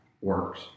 works